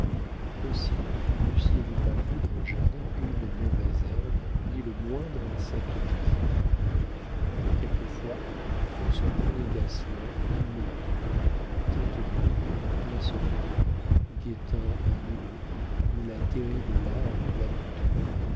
aussi n'eussiez-vous pas vu dans le jardin une mauvaise herbe ni le moindre insecte nuisible quelquefois on surprenait gasselin immobile tête nue en plein soleil guettant un mulot ou la terrible larve du